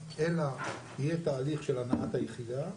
אלא יהיה תהליך של הנעת היחידה.